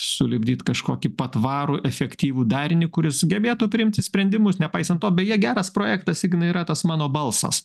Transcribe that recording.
sulipdyt kažkokį patvarų efektyvų darinį kuris gebėtų priimti sprendimus nepaisant to beje geras projektas ignai yra tas mano balsas